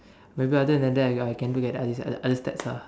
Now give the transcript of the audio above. maybe other than that I can look at this other stats ah